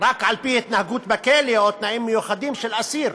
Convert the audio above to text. רק על פי התנהגות בכלא או תנאים מיוחדים של אסיר,